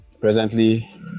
presently